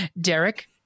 Derek